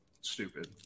stupid